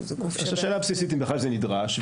השאלה הבסיסית אם בכלל זה נדרש,